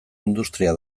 industria